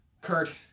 Kurt